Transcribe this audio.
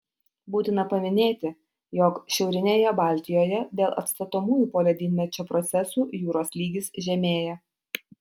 būtina paminėti jog šiaurinėje baltijoje dėl atstatomųjų poledynmečio procesų jūros lygis žemėja